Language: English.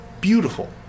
beautiful